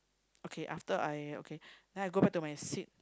okay after I okay then I go back to my seat